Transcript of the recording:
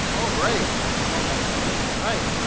oh, right. do you wanna tell that story? right,